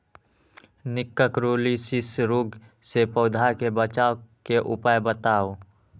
निककरोलीसिस रोग से पौधा के बचाव के उपाय बताऊ?